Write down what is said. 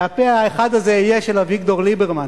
והפה האחד הזה יהיה של אביגדור ליברמן.